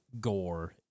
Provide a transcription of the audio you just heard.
gore